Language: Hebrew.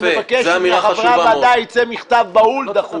אני מבקש שמחברי הוועדה ייצא מכתב בהול דחוף.